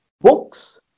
books